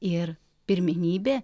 ir pirmenybė